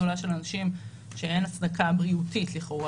מוכן להעמיס עוד קבוצה גדולה של אנשים שאין הצדקה בריאותית לכאורה